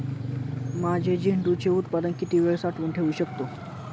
माझे झेंडूचे उत्पादन किती वेळ साठवून ठेवू शकतो?